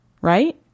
Right